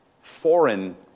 foreign